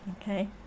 Okay